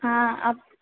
up